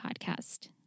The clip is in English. podcast